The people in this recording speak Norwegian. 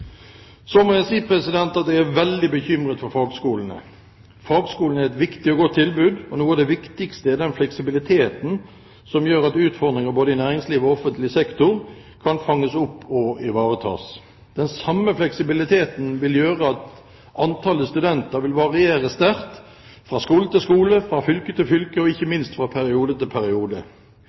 Så må jeg si at jeg er veldig bekymret for fagskolene. Fagskolene er et viktig og godt tilbud, og noe av det viktigste er den fleksibiliteten som gjør at utfordringer både i næringslivet og offentlig sektor kan fanges opp og ivaretas. Den samme fleksibiliteten vil gjøre at antallet studenter vil variere sterkt fra skole til skole, fra fylke til fylke og ikke minst fra periode til periode.